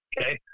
Okay